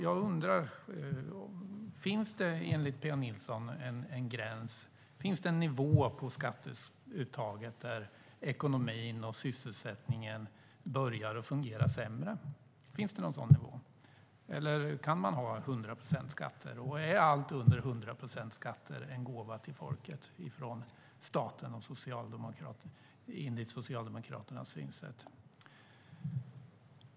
Jag undrar: Finns det enligt Pia Nilsson en nivå på skatteuttaget där ekonomin och sysselsättningen börjar fungera sämre? Finns det någon sådan nivå? Eller kan man ha 100 procents skatter? Är allt under 100 procents skatt en gåva till folket från staten och Socialdemokraterna, enligt Socialdemokraternas synsätt?